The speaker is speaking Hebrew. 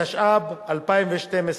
התשע"ב 2012,